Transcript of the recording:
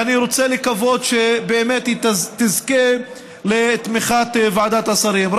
ואני רוצה לקוות שהיא באמת תזכה לתמיכת ועדת השרים,